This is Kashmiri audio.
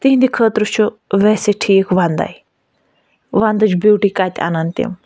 تِہِنٛدِ خٲطرٕ چھُ ویسے ٹھیٖک وَنٛدٕے وَندٕچ بیوٗٹی کَتہِ اَنَن تِم